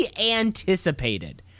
anticipated